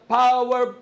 power